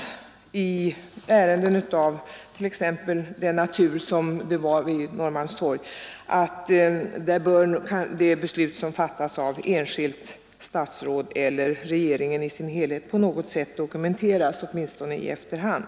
Vidare bör i ärenden av exempelvis sådan natur som Norrmalmstorgsfallet det beslut som fattas av enskilt statsråd eller av regeringen i dess helhet på något sätt dokumenteras, åtminstone i efterhand.